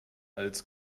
als